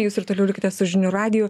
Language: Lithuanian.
jūs ir toliau likite su žinių radiju